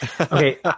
Okay